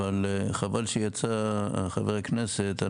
אבל חבל שיצא חבר הכנסת,